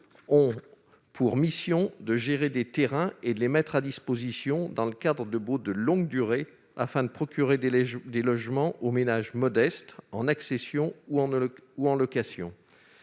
avec pour mission de gérer des terrains et de les mettre à disposition dans le cadre de baux de longue durée, pour qu'on y construise des logements destinés aux ménages modestes, en accession ou en location.